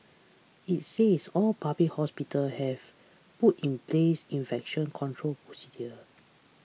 it says all public hospitals have put in place infection control procedures